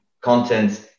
content